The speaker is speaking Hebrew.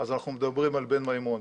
אז אנחנו מדברים על בן מימון,